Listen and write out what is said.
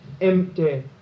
empty